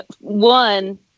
One